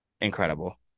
Incredible